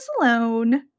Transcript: alone